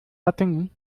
hattingen